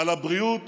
על הבריאות